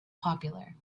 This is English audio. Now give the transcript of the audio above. popular